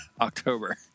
October